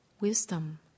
wisdom